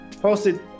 Posted